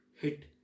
hit